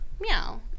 Meow